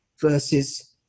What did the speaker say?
versus